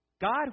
God